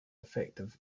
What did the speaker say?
effective